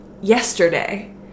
yesterday